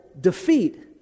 defeat